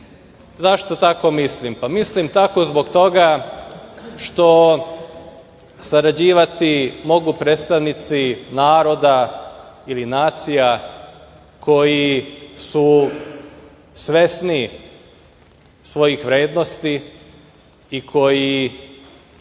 tako mislim? Pa mislim tako zbog toga što sarađivati mogu predstavnici naroda ili nacija koji su svesniji svojih vrednosti i koji